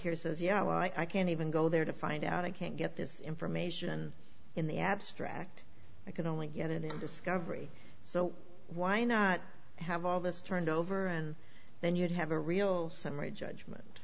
here says you know i can't even go there to find out i can't get this information in the abstract i can only get it in discovery so why not have all this turned over and then you'd have a real summary judgment